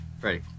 Ready